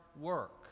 work